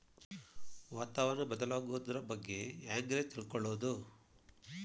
ವಾತಾವರಣ ಬದಲಾಗೊದ್ರ ಬಗ್ಗೆ ಹ್ಯಾಂಗ್ ರೇ ತಿಳ್ಕೊಳೋದು?